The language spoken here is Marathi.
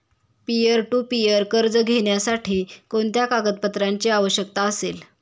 पीअर टू पीअर कर्ज घेण्यासाठी कोणत्या कागदपत्रांची आवश्यकता असेल?